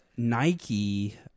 nike